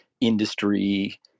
industry